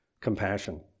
Compassion